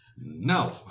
No